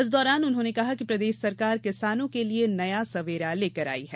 इस दौरान उन्होंने कहा कि प्रदेश सरकार किसानों के लिए नया सबेरा लेकर आई है